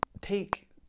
take